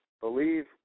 Believe